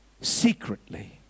secretly